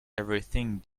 everything